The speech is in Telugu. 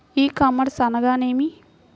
ఈ కామర్స్ అనగా నేమి?